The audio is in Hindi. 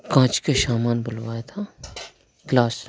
कांच का सामान बुलवाया था ग्लास